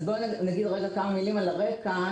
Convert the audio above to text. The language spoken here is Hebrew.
נגיד כמה מילים על הרקע.